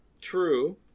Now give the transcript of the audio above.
True